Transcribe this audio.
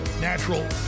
natural